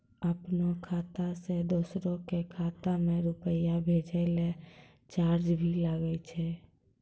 आपनों खाता सें दोसरो के खाता मे रुपैया भेजै लेल चार्ज भी लागै छै?